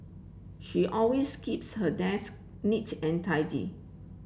she always keeps her desk neat and tidy